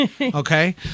Okay